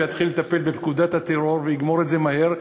ויתחיל לטפל בפקודת מניעת טרור ויגמור את זה מהר,